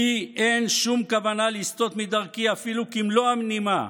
לי אין שום כוונה לסטות מדרכי אפילו כמלוא נימה,